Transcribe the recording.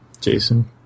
Jason